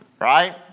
right